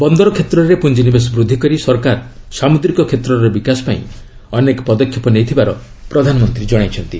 ବନ୍ଦର କ୍ଷେତ୍ରରେ ପୁଞ୍ଜିନିବେଶ ବୃଦ୍ଧି କରି ସରକାର ସାମୁଦ୍ରିକ କ୍ଷେତ୍ରର ବିକାଶ ପାଇଁ ଅନେକ ପଦକ୍ଷେପ ନେଇଥିବାର ପ୍ରଧାନମନ୍ତ୍ରୀ ଜଣାଇଛନ୍ତି